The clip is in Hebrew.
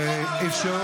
מה זה?